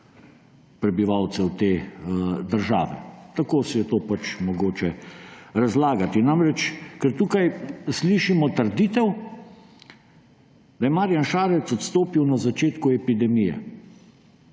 prebivalcev države. Tako si je to pač mogoče razlagati. Ker tukaj slišimo trditev, da je Marjan Šarec odstopil na začetku epidemije.